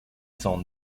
sans